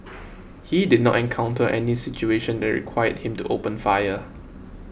he did not encounter any situation that required him to open fire